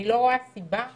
אני לא רואה סיבה למה,